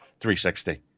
360